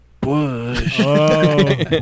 Bush